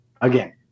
Again